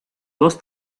dos